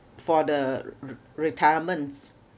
for the re~ re~ retirements